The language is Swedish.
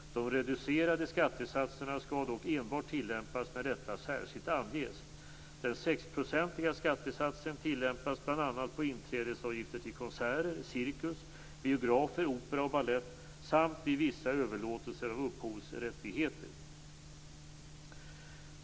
De reducerade skattesatserna skall dock enbart tilllämpas när detta särskilt anges. Den 6-procentiga skattesatsen tillämpas bl.a. på inträdesavgifter till konserter, cirkus, biografer, opera och balett samt vid vissa överlåtelser av upphovsrättigheter.